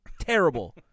Terrible